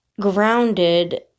grounded